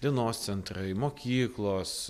dienos centrai mokyklos